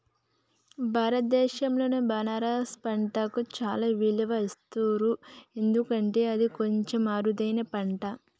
భారతదేశంలో బనారస్ పట్టుకు చాలా విలువ ఇస్తారు ఎందుకంటే అది కొంచెం అరుదైన పట్టు